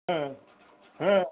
হ্যাঁ হ্যাঁ